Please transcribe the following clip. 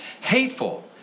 hateful